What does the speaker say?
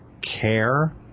care